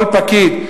כל פקיד,